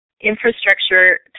infrastructure